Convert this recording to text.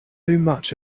much